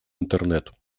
интернет